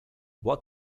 what